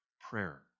prayer